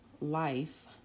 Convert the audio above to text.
life